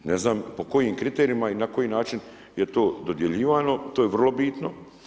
Ne znam po kojim kriterijima i na koji način je to dodjeljivano, to je vrlo bitno?